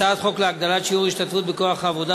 הצעת חוק להגדלת שיעור ההשתתפות בכוח העבודה